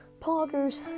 Poggers